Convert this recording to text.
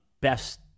best